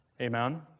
Amen